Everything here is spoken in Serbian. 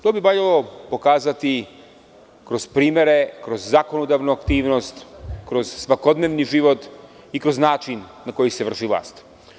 To bi valjalo pokazati kroz primere, kroz zakonodavnu aktivnost, kroz svakodnevni život i kroz način na koji se vrši vlast.